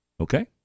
okay